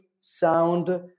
sound